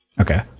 Okay